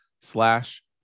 slash